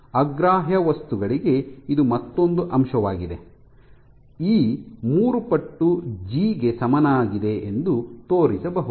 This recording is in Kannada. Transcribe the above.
ಅಗ್ರಾಹ್ಯ ವಸ್ತುಗಳಿಗೆ ಇದು ಮತ್ತೊಂದು ಅಂಶವಾಗಿದೆ ಇ ಮೂರು ಪಟ್ಟು ಜಿ ಗೆ ಸಮಾನವಾಗಿದೆ ಎಂದು ತೋರಿಸಬಹುದು